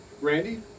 randy